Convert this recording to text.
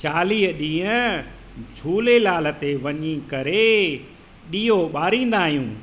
चालीह ॾींहं झूलेलाल ते वञी करे ॾीयो ॿारींदा आहियूं